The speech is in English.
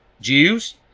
Jews